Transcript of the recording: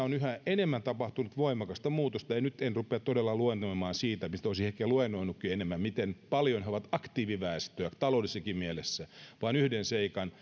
on yhä enemmän tapahtunut voimakasta muutosta nyt en rupea todella luennoimaan siitä mistä olisin ehkä luennoinutkin enemmän miten paljon he ovat aktiiviväestöä taloudellisessakin mielessä sanon vain yhden seikan